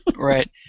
Right